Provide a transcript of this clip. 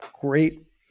great